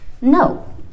no